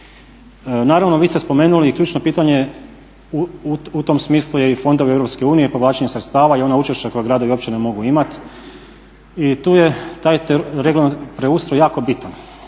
Naravno vi ste spomenuli ključno pitanje u tom smislu i fondovi EU i povlačenje sredstava i ona učešća koja gradovi i općine mogu ima i tu je taj preustroj jako bitan.